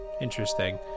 Interesting